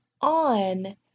on